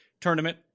tournament